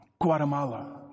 Guatemala